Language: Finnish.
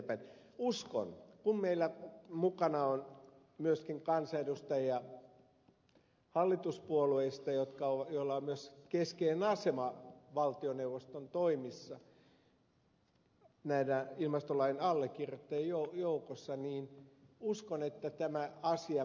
uskon että kun meillä on myöskin hallituspuolueista kansanedustajia joilla on myös keskeinen asema valtioneuvoston toimissa näiden ilmastolain allekirjoittajien joukossa niin tämä asia menee eteenpäin